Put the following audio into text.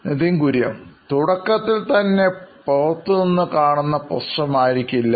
നിതിൻ കുര്യൻ സിഒഒനോയിൻ ഇലക്ട്രോണിക്സ് തുടക്കത്തിൽതന്നെ പുറത്തുനിന്നു കാണുന്ന പ്രശ്നം ആയിരിക്കില്ല